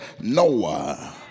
Noah